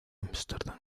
ámsterdam